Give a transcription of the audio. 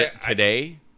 Today